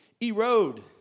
erode